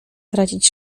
tracić